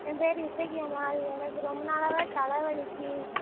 என் பேர் இசக்கி அம்மாள் எனக்கு ரொம்ப நாளாகவே தலை வலிக்கு